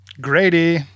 grady